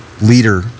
leader